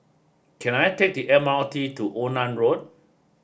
can I take the M R T to Onan Road